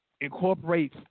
incorporate